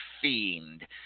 Fiend